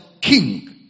king